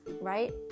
right